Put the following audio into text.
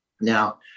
Now